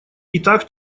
итак